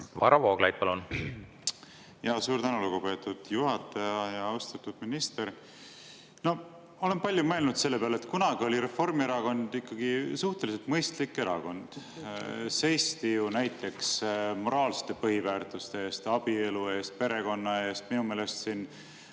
Vooglaid, palun! Suur tänu, lugupeetud juhataja! Austatud minister! Olen palju mõelnud selle peale, et kunagi oli Reformierakond ikkagi suhteliselt mõistlik erakond. Seisti ju näiteks moraalsete põhiväärtuste eest, abielu eest, perekonna eest, minu meelest Ansip